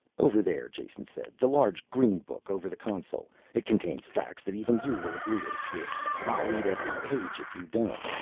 over there, jason said. the large green book over the console. it contains facts that even you will agree are true i'll eat every page if you don't.